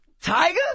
Tiger